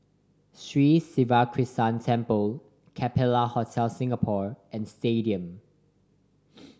Sri Siva Krishna Temple Capella Hotel Singapore and Stadium